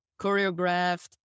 choreographed